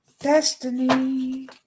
Destiny